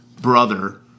brother